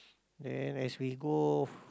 then as we go